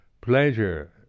pleasure